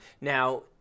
Now